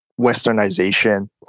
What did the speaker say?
Westernization